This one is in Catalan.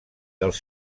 dels